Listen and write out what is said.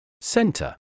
center